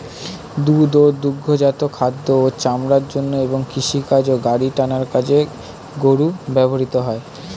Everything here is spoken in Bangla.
দুধ ও দুগ্ধজাত খাদ্য ও চামড়ার জন্য এবং কৃষিকাজ ও গাড়ি টানার কাজে গরু ব্যবহৃত হয়